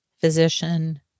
physician